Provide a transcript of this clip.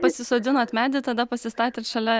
pasisodinot medį tada pasistatėt šalia